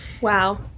Wow